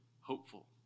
hopeful